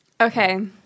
Okay